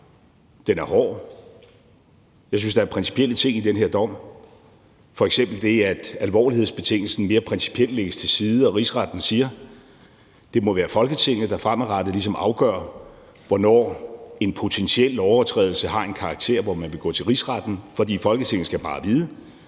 Den er hård. Jeg synes, der er principielle ting i den her dom, f.eks. det, at alvorlighedsbetingelsen mere principielt lægges til side, og Rigsretten siger, det må være Folketinget, der fremadrettet ligesom afgør, hvornår en potentiel lovovertrædelse har en karakter, hvor man vil gå til Rigsretten. For Folketinget skal bare vide,